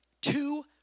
Two